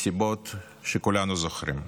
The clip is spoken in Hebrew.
מסיבות שכולנו זוכרים.